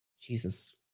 Jesus